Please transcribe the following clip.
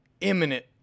imminent